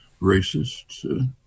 racists